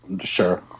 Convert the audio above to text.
Sure